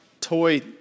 toy